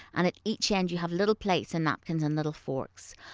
and at each end you have little plates, and napkins and little forks.